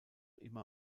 immer